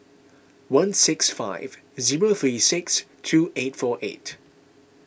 one six five zero three six two eight four eight